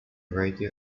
radio